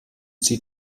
sie